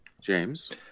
James